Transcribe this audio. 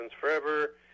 Forever